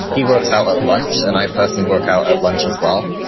he works out at lunch, and i personally work out at lunch as well.